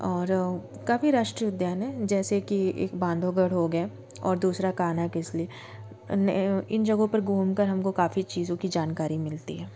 और काफ़ी राष्ट्रीय उद्यान है जैसे कि एक बाँधोगढ़ हो गया और दूसरा कान्हा किसली इन जगहों पर घूम कर हमको काफ़ी चीज़ों की जानकारी मिलती हैं